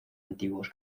antiguos